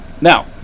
Now